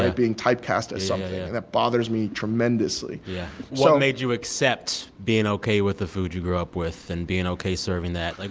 and typecast as something. and that bothers me tremendously what made you accept being ok with the food you grew up with and being ok serving that? like,